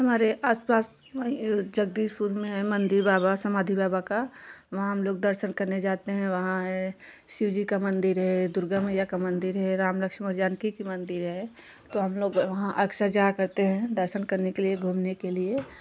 हमारे आस पास जगदीशपुर में है मंदिर बाबा समाधि बाबा का वहाँ हम लोग दर्शन करने जाते हैं वहाँ है शिव जी का मंदिर है दुर्गा मैया का मंदिर है राम लक्ष्मण जानकी का मंदिर है तो हम लोग वहाँ अक्सर जाया करते हैं दर्शन करने के लिए घूमने के लिए